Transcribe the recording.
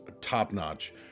top-notch